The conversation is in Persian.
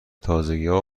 تازگیها